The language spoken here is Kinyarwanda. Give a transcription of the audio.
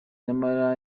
nyamara